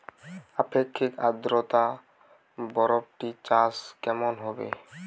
আপেক্ষিক আদ্রতা বরবটি চাষ কেমন হবে?